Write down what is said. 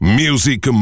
music